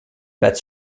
bets